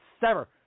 sever